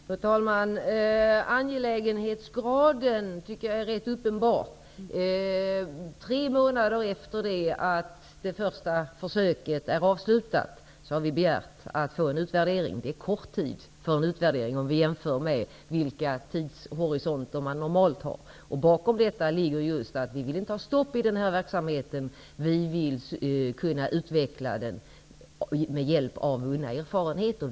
Fru talman! Angelägenhetsgraden är enligt min mening rätt uppenbar. Tre månader efter det att det första försöket är avslutat har vi begärt att få en utvärdering. Det är kort tid vid en utvärdering om vi jämför med vilka tidshorisonter man normalt har. Bakom detta ligger att vi inte vill stoppa denna verksamhet. Vi vill kunna utveckla den med hjälp av vunna erfarenheter.